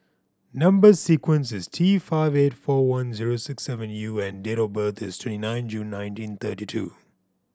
number sequence is T five eight four one zero six seven U and date of birth is twenty nine June nineteen thirty two